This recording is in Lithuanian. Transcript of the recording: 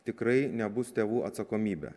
tikrai nebus tėvų atsakomybė